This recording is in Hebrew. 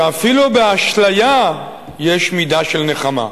שאפילו באשליה יש מידה של נחמה.